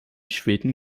schweden